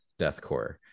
deathcore